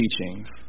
teachings